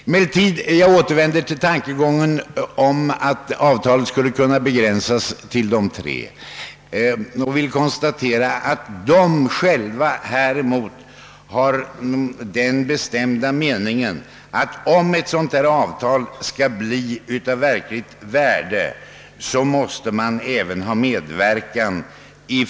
Jag återvänder emellertid till tankegången att avtalet skulle kunna begränsas till de tre. Jag vill då konstatera att dessa själva häremot har den bestämda uppfattningen, att ett sådant avtal för att det skall bli av verkligt värde även kräver de smärre makternas medverkan.